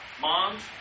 moms